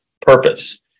purpose